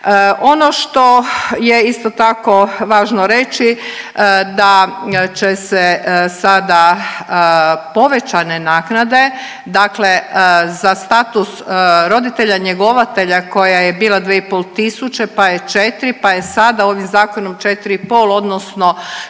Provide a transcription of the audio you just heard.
Ono što je isto tako važno reći da će se sada povećane naknade dakle za status roditelja njegovatelja koja je bila 2.5 tisuće, pa je 4 pa je sada ovim zakonom 4,5 odnosno